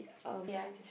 ya